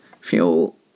fuel